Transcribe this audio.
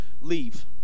Leave